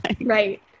Right